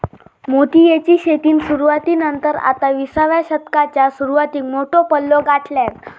मोतीयेची शेतीन सुरवाती नंतर आता विसाव्या शतकाच्या सुरवातीक मोठो पल्लो गाठल्यान